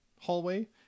hallway